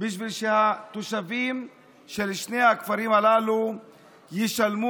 בשביל שהתושבים של שני הכפרים הללו ישלמו